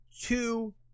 two